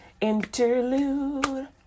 interlude